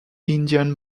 indian